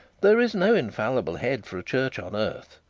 there is no infallible head for a church on earth.